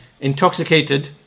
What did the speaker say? intoxicated